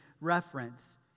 reference